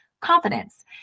confidence